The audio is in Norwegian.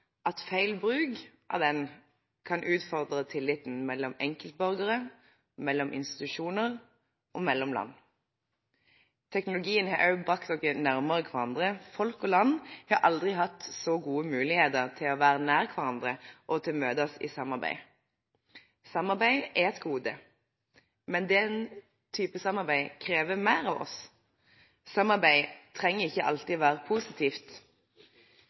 at feil bruk av teknologien kan utfordre tilliten mellom enkeltborgere, mellom institusjoner og mellom land. Teknologien har òg brakt oss nærmere hverandre. Folk og land har aldri hatt så gode muligheter til å være nær hverandre og til å møtes i samarbeid. Samarbeid er et gode, men den type samarbeid krever mer av oss. Samarbeid trenger ikke alltid å være positivt.